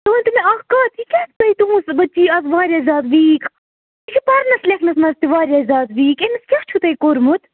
تُہۍ ؤنۍ تَو مےٚ اَکھ کَتھ یہِ کیٛازِ تُہۍ تُہُنٛز بچی آز واریاہ زیادٕ ویٖک یہِ چھُ پَرنَس لیکھنَس منٛز تہِ واریاہ زیادٕ ویٖک أمِس کیٛاہ چھُو تۄہہِ کوٚرمُت